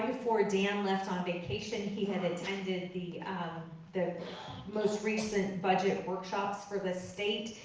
before dan left on vacation he had attended the the most recent budget workshops for the state.